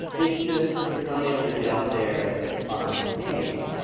it's just you're not able to get out there by name.